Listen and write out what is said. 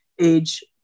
age